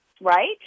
right